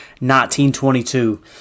1922